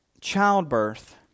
childbirth